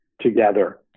together